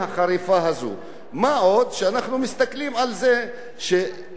מה עוד, כשאנחנו מסתכלים על זה שבמשבר הקיים,